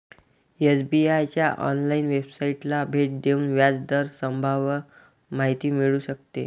SBI च्या online वेबसाइटला भेट देऊन व्याज दर स्तंभावर माहिती मिळू शकते